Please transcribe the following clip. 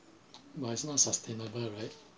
but it's not sustainable right